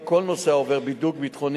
4 ו-5,